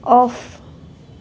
off